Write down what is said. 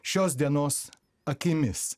šios dienos akimis